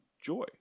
Joy